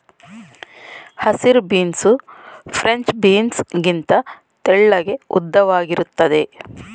ಹಸಿರು beans French beans ಗಿಂತ ತೆಳ್ಳಗೆ ಉದ್ದವಾಗಿರುತ್ತದೆ